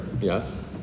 yes